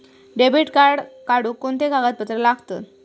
Debit card काढुक कोणते कागदपत्र लागतत?